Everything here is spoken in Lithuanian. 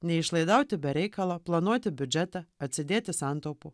neišlaidauti be reikalo planuoti biudžetą atsidėti santaupų